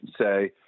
say